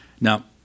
Now